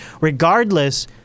regardless